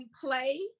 play